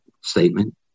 statement